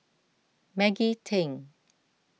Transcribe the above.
Maggie Teng